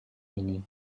ini